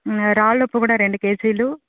రాళ్ళ ఉప్పు కూడా రెండు కేజీలు